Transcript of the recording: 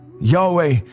Yahweh